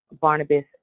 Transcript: Barnabas